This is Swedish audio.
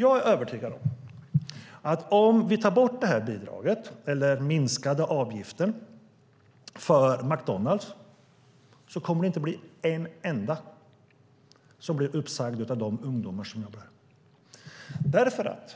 Jag är övertygad om att om vi tar bort det här bidraget eller den minskade avgiften för McDonalds kommer inte en enda av de ungdomar som jobbar där att bli uppsagd,